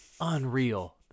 Unreal